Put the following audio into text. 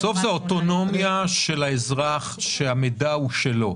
בסוף זה אוטונומיה של האזרח, שהמידע הוא שלו.